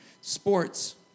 sports